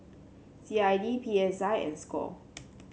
C I D P S I and Score